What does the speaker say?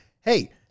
Hey